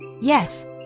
Yes